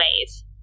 ways